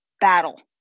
battle